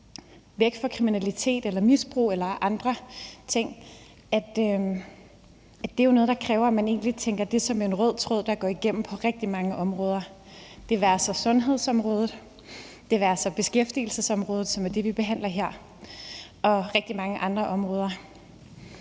væk fra kriminalitet eller misbrug eller andre ting, egentlig kræver, at man tænker det som en rød tråd, der går igennem på rigtig mange områder. Det være sig sundhedsområdet, det være sig beskæftigelsesområdet, som er det, vi behandler her, og rigtig mange andre områder.